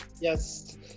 Yes